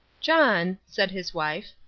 john, said his wife,